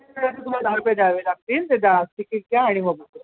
तुम्हाला दहा रुपये द्यावे लागतील ते द्या टिकिट द्या आणि मग